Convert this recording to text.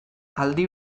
aldi